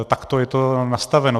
Takto je to nastaveno.